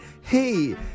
Hey